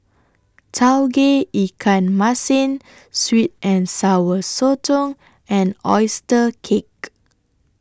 Tauge Ikan Masin Sweet and Sour Sotong and Oyster Cake